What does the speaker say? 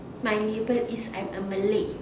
my label is I'm a Malay